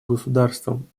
государством